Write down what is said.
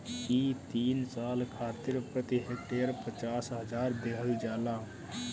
इ तीन साल खातिर प्रति हेक्टेयर पचास हजार देहल जाला